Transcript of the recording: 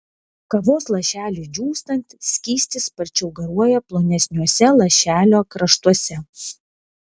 kavos lašeliui džiūstant skystis sparčiau garuoja plonesniuose lašelio kraštuose